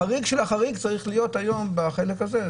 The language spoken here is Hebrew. החריג של החריג צריך להיות בחלק הזה,